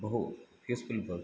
बहु यस्मिन् भवति